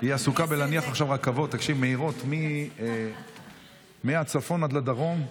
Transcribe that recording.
היא עסוקה בלהניח עכשיו רכבות מהירות מהצפון עד לדרום.